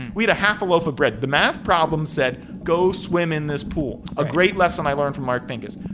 we had a half a loaf of bread. the math problems said, go swim in this pool. a great lesson i learned from mark pincus.